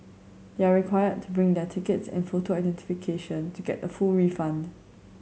they are required to bring their tickets and photo identification to get a full refund